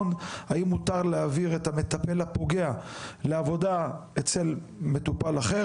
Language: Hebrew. האם מותר להעביר את המטפל הפוגע לעבודה אצל מטופל אחר,